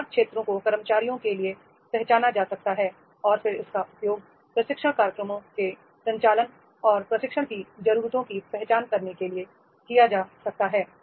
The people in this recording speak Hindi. सुधार क्षेत्रों को कर्मचारियों के लिए पहचाना जा सकता है और फिर इसका उपयोग प्रशिक्षण कार्यक्रमों के संचालन और प्रशिक्षण की जरूरतों की पहचान करने के लिए किया जा सकता है